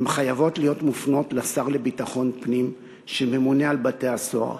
הן חייבות להיות מופנות לשר לביטחון הפנים שממונה על בתי-הסוהר.